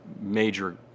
major